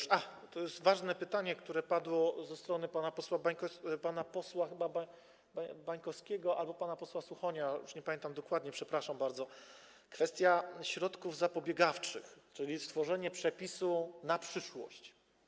Ach, ważne jest pytanie, które padło ze strony chyba pana posła Bańkowskiego albo pana posła Suchonia, już nie pamiętam dokładnie, przepraszam bardzo, o kwestię środków zapobiegawczych, czyli o stworzenie przepisu na przyszłość.